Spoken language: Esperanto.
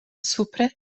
supre